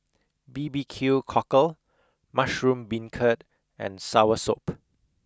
B B Q cockle mushroom beancurd and soursop